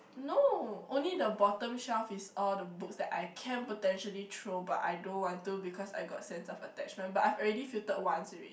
no only the bottom shelf is all the books that I can potentially throw but I don't want to because I got sense of attachment but I've already filtered once already